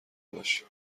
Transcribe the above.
باشه